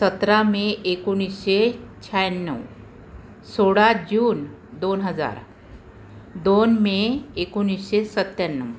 सतरा मे एकोणीसशे शहाण्णव सोळा जून दोन हजार दोन मे एकोणीसशे सत्त्याण्णव